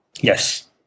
Yes